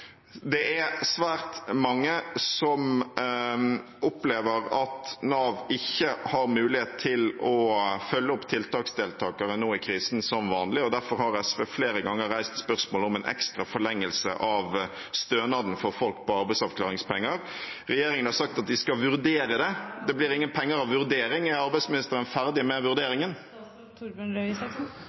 Det er svært mange som opplever at Nav ikke har mulighet til å følge opp tiltaksdeltakeren som vanlig nå i krisen, og derfor har SV flere ganger reist spørsmålet om en ekstra forlengelse av stønaden for folk på arbeidsavklaringspenger. Regjeringen har sagt at de skal vurdere det. Det blir ingen penger av vurdering. Er arbeidsministeren ferdig med vurderingen?